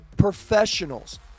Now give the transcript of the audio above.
professionals